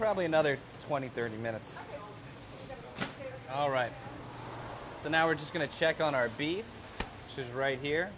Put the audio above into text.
probably another twenty thirty minutes all right so now we're just going to check on our beef is right here